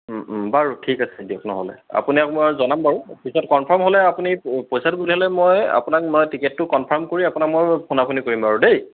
বাৰু ঠিক আছে দিয়ক নহ'লে আপোনাক মই জনাম বাৰু পিছত কনফাৰ্ম হ'লে আপুনি পইচাটো পঠিয়ালে মই আপোনাক মই টিকেটটো কনফাৰ্ম কৰি আপোনাক মই ফোনা ফোনি কৰিম বাৰু দেই